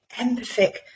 empathic